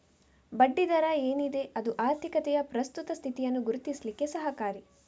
ಬಡ್ಡಿ ದರ ಏನಿದೆ ಅದು ಆರ್ಥಿಕತೆಯ ಪ್ರಸ್ತುತ ಸ್ಥಿತಿಯನ್ನ ಗುರುತಿಸ್ಲಿಕ್ಕೆ ಸಹಕಾರಿ